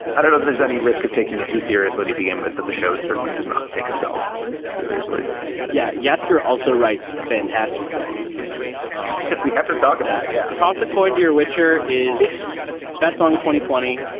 i don't know that there's any risk of taking it too seriously to begin with, that the show certainly does not take itself seriously yeah. yasgur also writes a fantastic song we have to talk about. yeah toss a coin to your whicher is best song. twenty twenty.